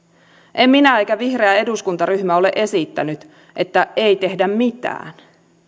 en minä eikä vihreä eduskuntaryhmä ole esittänyt että ei tehdä mitään